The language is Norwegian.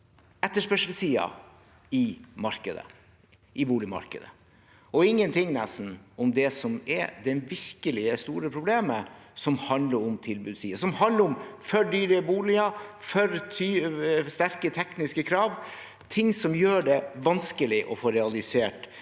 etterspørselssiden i boligmarkedet og nesten ingenting om det som er det virkelig store problemet, som handler om tilbudssiden – som handler om for dyre boliger, for store tekniske krav og ting som gjør det vanskelig å få realisert